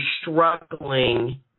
struggling